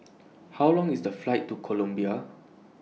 How Long IS The Flight to Colombia